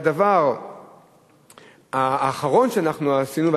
והדבר האחרון שאנחנו עשינו,